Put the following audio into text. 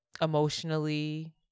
emotionally